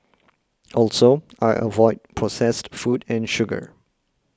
also I avoid processed food and sugar